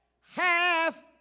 half